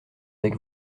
avec